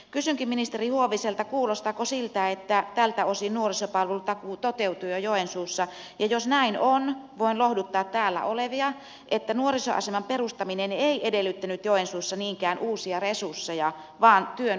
kysynkin ministeri huoviselta kuulostaako siltä että tältä osin nuorisopalvelutakuu toteutuu jo joensuussa ja jos näin on voin lohduttaa täällä olevia että nuorisoaseman perustaminen ei edellyttänyt joensuussa niinkään uusia resursseja vaan työn uudelleenorganisointia